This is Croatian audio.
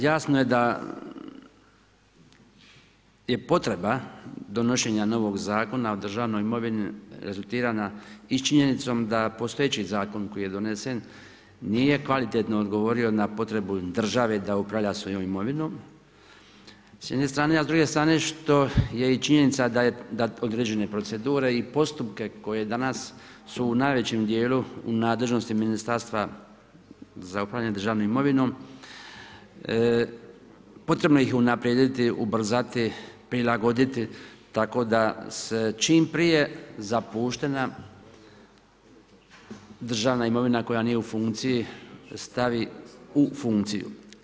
Jasno je da je potreba donošenja novog zakona o državnoj imovini rezultirana i činjenicom da postojeći zakon koji je donesen nije kvalitetno odgovorio na potrebu države da upravlja svojom imovinom s jedne strane, a s druge strane što je i činjenica da određene procedure i postupke koji danas su u najvećem djelu u nadležnosti ministarstva za upravljanje državnom imovinom, potrebno ih je unaprijediti, ubrzati, prilagoditi tako da se čim prije zapuštena državna imovina koja nije u funkciji stavi u funkciju.